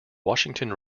washington